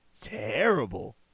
terrible